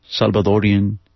Salvadorian